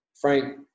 Frank